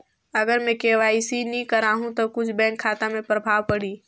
अगर मे के.वाई.सी नी कराहू तो कुछ बैंक खाता मे प्रभाव पढ़ी?